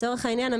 לצורך העניין,